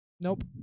Nope